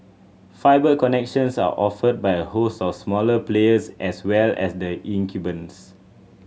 fibre connections are offered by a host of smaller players as well as the incumbents